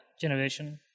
generation